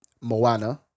Moana